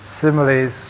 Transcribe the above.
similes